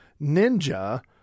ninja